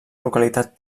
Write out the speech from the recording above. localitat